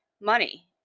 money